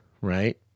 right